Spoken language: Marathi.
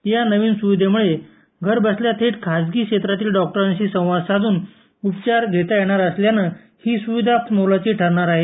या नवीन सुविधेमुळे घरबसल्या तसेच खासगी क्षेत्रातील डॉक्टरांशी संवाद साधून उपचार घेता येणार असल्याने ही स्विधा मोलाची ठरणार आहे